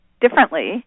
differently